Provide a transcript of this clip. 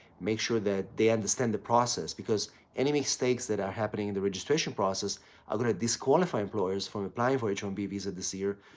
make sure that they understand the process because any mistakes that are happening in the registration process are going to disqualify employers from applying for h one um b visa this year.